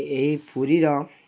ଏହି ପୁରୀର